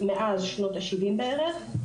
מאז שנות ה 70 בערך.